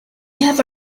have